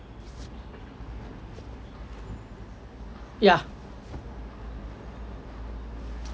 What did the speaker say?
ya